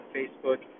Facebook